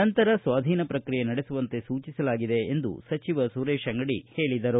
ನಂತರ ಸ್ವಾಧೀನ ಪ್ರಕ್ರಿಯೆ ನಡೆಸುವಂತೆ ಸೂಚಿಸಲಾಗಿದೆ ಎಂದು ಸಚಿವ ಸುರೇಶ ಅಂಗಡಿ ಹೇಳಿದರು